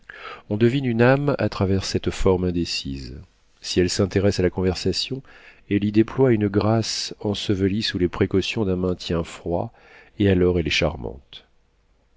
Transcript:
on devine une âme à travers cette forme indécise si elle s'intéresse à la conversation elle y déploie une grâce ensevelie sous les précautions d'un maintien froid et alors elle est charmante